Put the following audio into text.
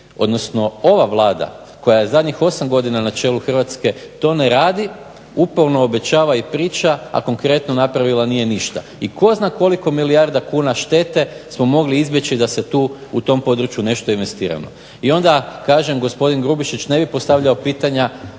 odnosno ova Vlada koja je zadnjih 8 godina na čelu Hrvatske to ne radi, uporno obećava i priča a konkretno nije napravila ništa. I tko zna koliko milijarda kuna štete smo mogli izbjeći da se tu u tom području nešto investiralo. I onda kažem gospodin Grubišić ne bi postavljao pitanja,